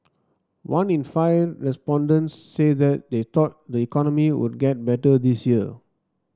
one in five respondents said that they thought the economy would get better this year